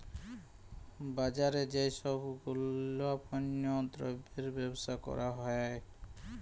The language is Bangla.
বাজারে যেই সব গুলাপল্য দ্রব্যের বেবসা ক্যরা হ্যয়